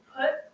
put